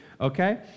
Okay